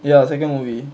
ya second movie